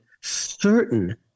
certain